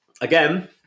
again